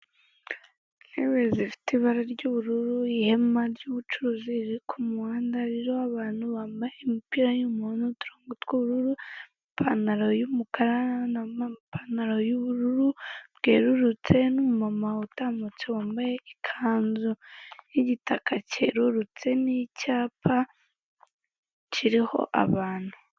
Intebe zifite ibara ry'ubururu, ihema ry'ubucuruzi riri ku muhanda ririho abantu bambaye imipira y'umuhondo tw'ubururu, ipantalo y'umukara n'amapantalo y'ubururu bwerurutse, n'umumama utambutse wambaye ikanzu y'igitaka cyererutse n'icyapa kiriho abantu.